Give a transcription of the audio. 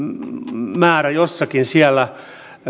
määrä täytyy olla jossakin siellä